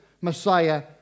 Messiah